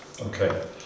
Okay